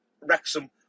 Wrexham